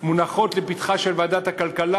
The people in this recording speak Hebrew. מונחות לפתחה של ועדת הכלכלה.